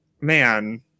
Man